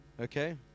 Okay